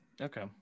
Okay